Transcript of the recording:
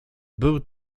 był